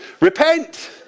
repent